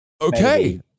Okay